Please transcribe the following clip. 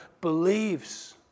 believes